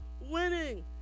winning